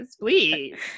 please